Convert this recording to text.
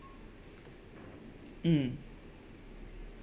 mm